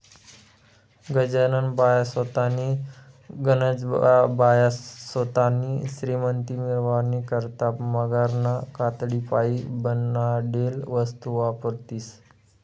गनज बाया सोतानी श्रीमंती मिरावानी करता मगरना कातडीपाईन बनाडेल वस्तू वापरतीस